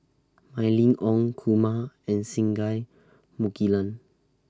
Mylene Ong Kumar and Singai Mukilan